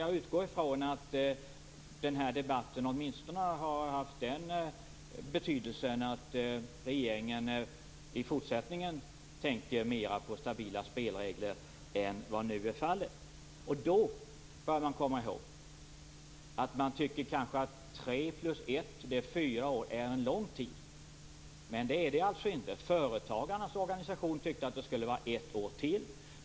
Jag utgår från att denna debatt åtminstone har haft den betydelsen att regeringen i fortsättningen tänker mer på stabila spelregler än vad som nu är fallet. Då bör man komma ihåg att man kanske tycker att en övergångstid på tre år plus ett år är fyra år och att det är en lång tid. Men det är det inte. Företagarnas organisation tyckte att det skulle vara ett år till.